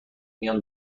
میان